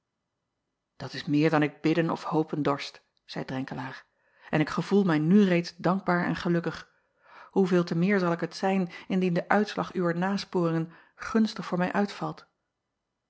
at is meer dan ik bidden of hopen dorst zeî renkelaer en ik gevoel mij nu reeds dankbaar en gelukkig hoeveel te meer zal ik het zijn indien de uitslag uwer nasporingen gunstig voor mij uitvalt